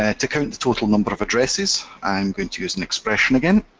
ah to count the total number of addresses i'm going to use an expression again.